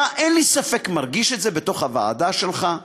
אתה, אין לי ספק, מרגיש את זה בתוך הוועדה שלך.